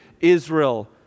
Israel